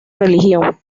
religión